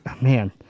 man